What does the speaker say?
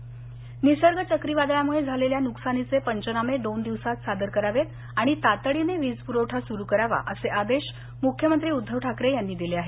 ठाकरे निसर्ग चक्रीवादळामुळे झालेल्या नुकसानीचे पंचनामे दोन दिवसांत सादर करावेत आणि तातडीने वीज पुरवठा सुरू करावा असे आदेश मुख्यमंत्री उद्धव ठाकरे यांनी दिले आहेत